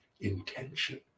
intention